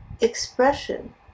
expression